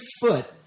foot